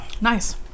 Nice